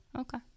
Okay